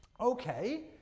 okay